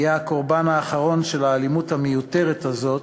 יהיה הקורבן האחרון של האלימות המיותרת הזאת